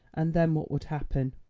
and then what would happen?